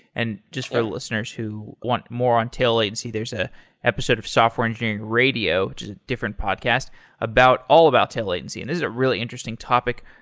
and just for our listeners who want more on tail latency, there's an ah episode of software engineering radio to a different podcast about all about tail latency, and this is a really interesting topic.